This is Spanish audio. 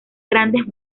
grandes